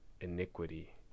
iniquity